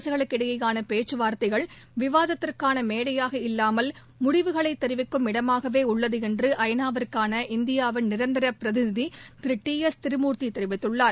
அரசுகளுக்கு இடையேயானபேச்சுவார்த்தைகள் விவாதத்திற்கானமேடையாக இல்லாமல் முடிவுகளைத் தெரிவிக்கும் இடமாகவேஉள்ளதுஎன்று ஐ நா வுக்காள இந்தியாவின் நிரந்தரபிரதிநிதிதிரு டி எஸ் திருமூர்த்திதெரிவித்துள்ளார்